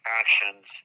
actions